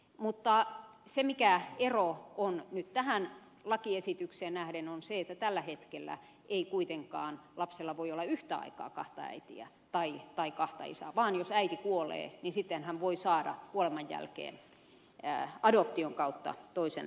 mutta se ero mikä nyt on tähän lakiesitykseen nähden on se että tällä hetkellä ei kuitenkaan lapsella voi olla yhtä aikaa kahta äitiä tai kahta isää vaan jos äiti kuolee niin sitten hän voi saada kuoleman jälkeen adoption kautta toisen äidin